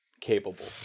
capable